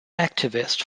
activist